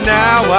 now